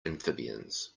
amphibians